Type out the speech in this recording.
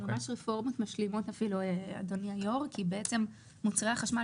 אלה ממש רפורמות משלימות כי בעצם מכשירי החשמל